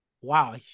wow